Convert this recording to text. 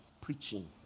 preaching